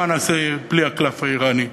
מה נעשה בלי הקלף האיראני?